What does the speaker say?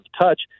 touch